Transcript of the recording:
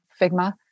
Figma